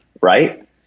right